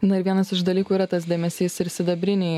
na ir vienas iš dalykų yra tas dėmesys ir sidabrinei